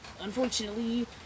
unfortunately